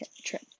trip